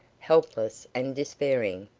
helpless and despairing,